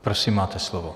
Prosím, máte slovo.